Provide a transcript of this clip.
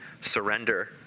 surrender